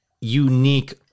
unique